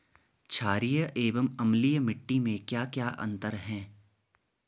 छारीय एवं अम्लीय मिट्टी में क्या क्या अंतर हैं?